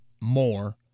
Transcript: more